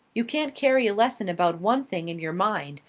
you can't carry a lesson about one thing in your mind,